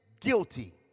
guilty